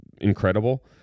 incredible